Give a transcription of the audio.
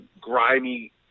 grimy